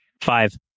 Five